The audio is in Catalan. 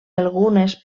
algunes